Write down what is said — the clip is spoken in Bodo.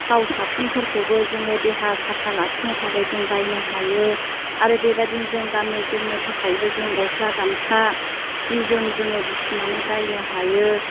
थाव साफुनफोरखौबो जोङो देहा साफा लाखिनो थाखाय जों बायनो हायो आरो बेबादिनो जों गाननो जोमनो थाखायबो जों गस्ला गामसा सि जोम जोङो बुथुमनानै बाइनो हायो